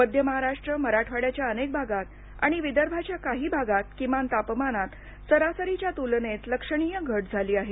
मध्य महाराष्ट्र मराठवाड्याच्या अनेक भागात आणि विदर्भाच्या काही भागात किमान तापमानात सरासरीच्या तुलनेत लक्षणीय घट झाली आहे